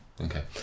Okay